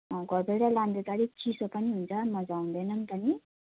घरबाट लाँदा त अलिक चिसो पनि हुन्छ मजा आउँदैन नि त नि